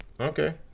okay